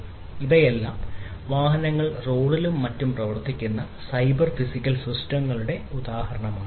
അതിനാൽ ഇവയെല്ലാം വാഹനങ്ങളിൽ റോഡിലും മറ്റും പ്രവർത്തിക്കുന്ന സൈബർ ഫിസിക്കൽ സിസ്റ്റങ്ങളുടെ ഉദാഹരണങ്ങളാണ്